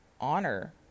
honor